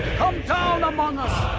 down among us!